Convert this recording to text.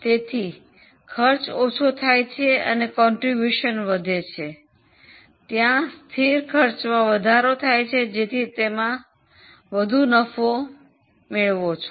તેથી ખર્ચ ઓછો થાય છે અને ફાળો વધે છે ત્યાં સ્થિર ખર્ચમાં વધારો થાય છે જેમાં તમે વધુ નફો મેળવો છો